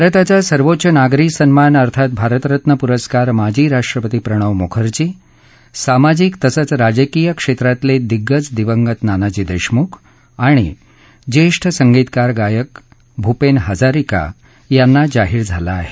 भारताचा सर्वोच्च नागरी सन्मान अर्थात भारतरत्न पुरस्कार माजी राष्ट्रपती प्रणव मुखर्जी सामाजिक तसंच राजकीय क्षेत्रातले दिग्गज दिवंगत नानाजी देशमुख आणि ज्येष्ठ संगितकार गायक भूपेन हजारिका यांना जाहीर झाला आहे